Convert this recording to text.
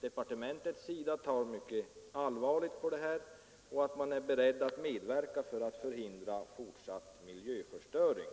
departementets sida tar mycket allvarligt på ärendet och att man är beredd att medverka för att förhindra fortsatt miljöförstöring.